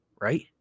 right